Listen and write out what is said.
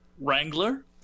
Wrangler